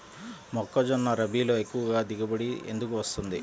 మొక్కజొన్న రబీలో ఎక్కువ దిగుబడి ఎందుకు వస్తుంది?